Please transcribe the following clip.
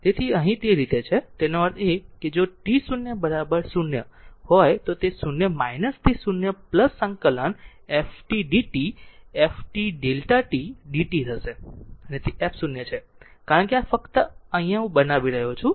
તેથી અહીં તે જ રીતે તેનો અર્થ એ કે જો t0 0 n હોય તો તે 0 થી 0 સંકલન f t d t f t Δ t d t હશે અને તે f0 છે કારણ કે આ ફક્ત આ હું બનાવી રહ્યો છું